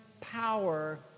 power